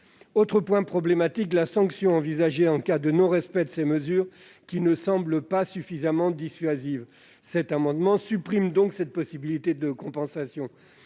Autre point problématique, la sanction envisagée en cas de non-respect de ces mesures ne semble pas suffisamment dissuasive. Nous souhaitons donc supprimer cette possibilité de compensation.